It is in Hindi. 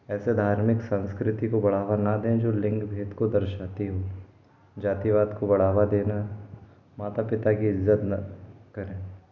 ऐसा धार्मिक संस्कृति को बढ़ावा ना दें जो लिंग भेद को दर्शाती हो जातिवाद को बढ़ावा देना माता पिता की इज़्ज़त न करे